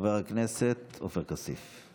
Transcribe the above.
חבר הכנסת עופר כסיף.